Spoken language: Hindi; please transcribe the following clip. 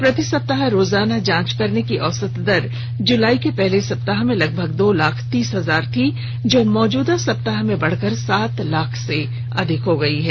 प्रति सप्ताह रोजाना जांच करने की औसत दर जुलाई के पहले हफ्ते में लगभग दो लाख तीस हजार थी जो मौजूदा सप्ताह में बढ़कर सात लाख से अधिक हो गई है